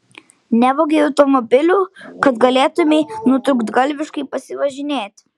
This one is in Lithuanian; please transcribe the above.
nevogei automobilių kad galėtumei nutrūktgalviškai pasivažinėti